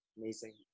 Amazing